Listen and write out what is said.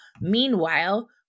Meanwhile